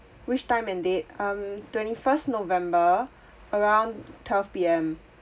which time and date um twenty first november around twelve P_M